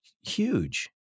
huge